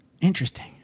interesting